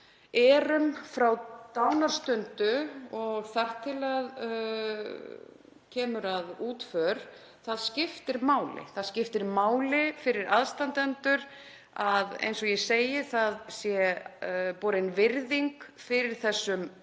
erum frá dánarstundu og þar til kemur að útför skiptir máli.. Það skiptir máli fyrir aðstandendur að það sé borin virðing fyrir þessum